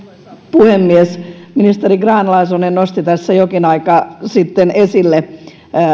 puhemies ministeri grahn laasonen nosti tässä jokin aika sitten esille